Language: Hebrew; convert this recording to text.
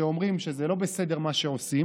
שאומרים שזה לא בסדר מה שעושים,